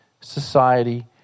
society